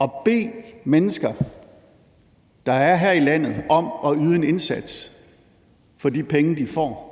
at bede mennesker, der er her i landet, om at yde en indsats for de penge, de får: